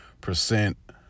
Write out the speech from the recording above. percent